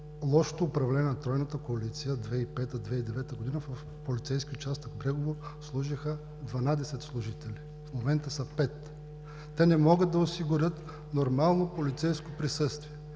„лошото управление“ на тройната коалиция 2005 – 2009 г. в полицейски участък Брегово служеха 12 служители, в момента са 5. Те не могат да осигурят нормално полицейско присъствие.